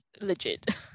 legit